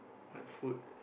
what food